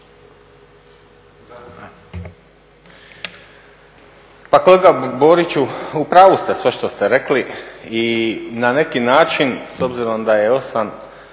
Pa kolega Boriću u pravu ste sve što ste rekli i na neki način s obzirom da je 20,10,